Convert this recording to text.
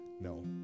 No